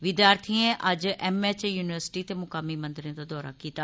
विद्यार्थिएं अज्ज M H university ते मुकामी मंदिरें दा दौरा कीता